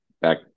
back